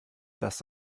das